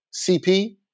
CP